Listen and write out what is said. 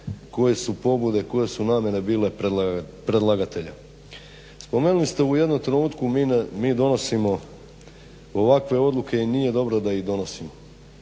koje su pobude, koje su namjene bile predlagatelja. Spomenuli ste u jednom trenutku mi donosimo ovakve odluke i nije dobro da ih donosimo.